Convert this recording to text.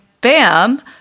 bam